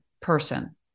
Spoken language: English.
person